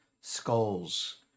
skulls